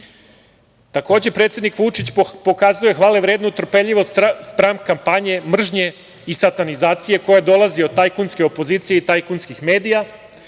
predsednik Vučić pokazuje hvale vrednu trpeljivosti spram kampanje mržnje i satanizacije, koja dolazi od tajkunske opozicije i tajkunskih